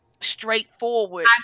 straightforward